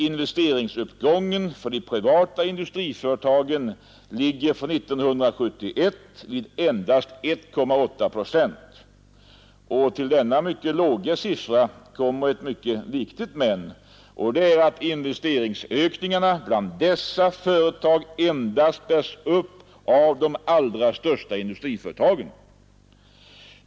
Investeringsuppgången för de privata industriföretagen ligger för år 1971 vid endast 1,8 procent. Till denna mycket låga siffra kommer ett viktigt men, och det är att investeringsökningen bland dessa företag endast bärs upp av de allra största industriföretagen.